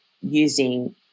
using